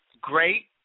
great